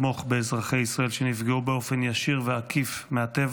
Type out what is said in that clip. באזרחי ישראל שנפגעו באופן ישיר ועקיף מהטבח.